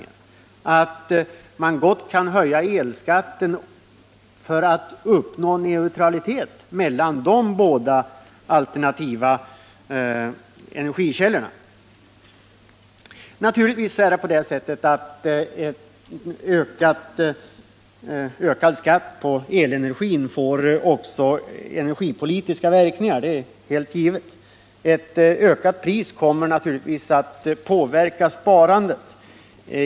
Genom en höjning av elskatten uppnår man neutralitet mellan dessa båda alternativa energikällor. Naturligtvis får en höjning av skatten på elenergi politiska verkningar — det är alldeles givet. En höjning kommer naturligtvis att påverka sparandet.